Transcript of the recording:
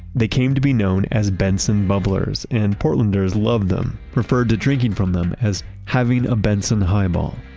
they came to be known as benson bubblers and portlanders loved them, referred to drinking from them as having a benson highball.